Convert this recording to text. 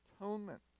atonement